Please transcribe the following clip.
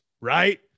right